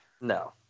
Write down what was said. No